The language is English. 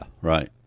right